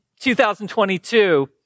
2022